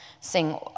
Sing